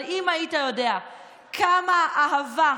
אבל אם היית יודע כמה אהבה,